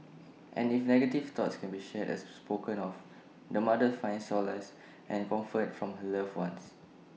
and if negative thoughts can be shared and spoken of the mother finds solace and comfort from her loved ones